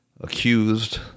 accused